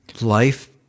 Life